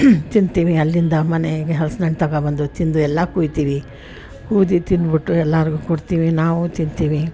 ತಿಂತೀನಿ ಅಲ್ಲಿಂದ ಮನೆಗೆ ಹಲ್ಸಿನಣ್ಣು ತೊಗೋಬಂದು ತಿಂದು ಎಲ್ಲ ಕುಯ್ತೀವಿ ಕುಯ್ದು ತಿಂದುಬಿಟ್ಟು ಎಲ್ಲಾರಿಗೂ ಕೊಡ್ತೀವಿ ನಾವು ತಿಂತೀವಿ